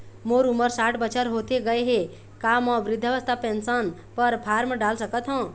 मोर उमर साठ बछर होथे गए हे का म वृद्धावस्था पेंशन पर फार्म डाल सकत हंव?